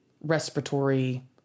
respiratory